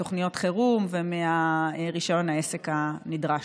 מתוכניות חירום ומרישיון העסק הנדרש.